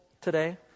today